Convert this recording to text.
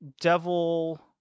Devil